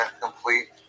complete